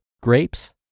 Grapes